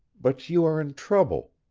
but you are in trouble.